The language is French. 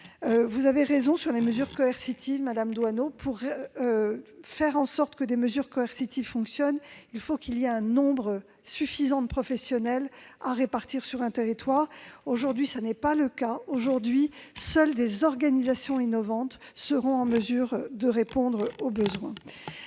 également sur les mesures coercitives. Pour que des mesures coercitives fonctionnent, il faut qu'il y ait un nombre suffisant de professionnels à répartir sur un territoire donné. Aujourd'hui, ce n'est pas le cas. Seules des organisations innovantes seront en mesure de répondre aux besoins.